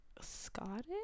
Scottish